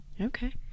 Okay